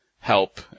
Help